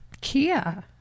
Kia